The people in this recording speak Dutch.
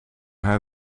haar